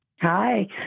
Hi